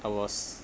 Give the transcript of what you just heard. I was